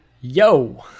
Yo